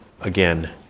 again